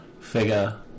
figure